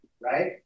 right